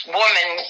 woman